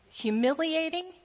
humiliating